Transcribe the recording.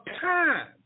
time